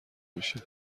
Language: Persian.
میشه